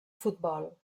futbol